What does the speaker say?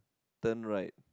turn right